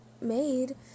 made